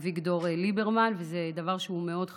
אביגדור ליברמן, וזה דבר שהוא מאוד חשוב.